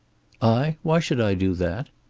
i? why should i do that?